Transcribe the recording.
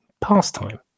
pastime